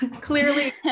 clearly